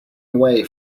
away